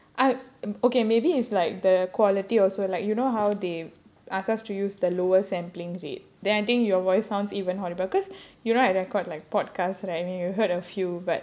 I okay maybe it's like the quality also like you know how they ask us to use the lower sampling rate then I think your voice sounds even horrible because you know I record like podcast right and then you heard a few but